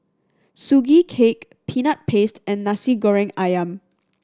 Sugee Cake Peanut Paste and Nasi Goreng Ayam